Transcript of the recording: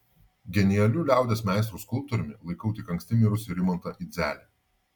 genialiu liaudies meistru skulptoriumi laikau tik anksti mirusį rimantą idzelį